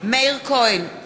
מאיר כהן,